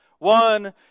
One